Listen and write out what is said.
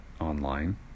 online